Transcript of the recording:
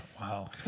Wow